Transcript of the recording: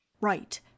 Right